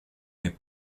n’est